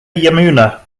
yamuna